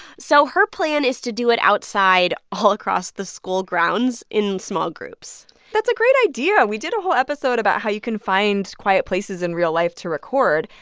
so her plan is to do it outside all across the school grounds in small groups that's a great idea. we did a whole episode about how you can find quiet places in real life to record.